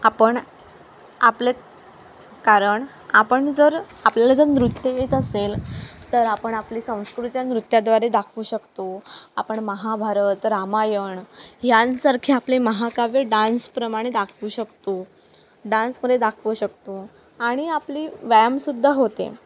आपण आपल्या कारण आपण जर आपल्याला जर नृत्य येत असेल तर आपण आपली संस्कृत्या नृत्याद्वारे दाखवू शकतो आपण महाभारत रामायण ह्यासारखे आपले महाकाव्ये डान्सप्रमाणे दाखवू शकतो डान्समध्ये दाखवू शकतो आणि आपली व्यायाम सुद्धा होते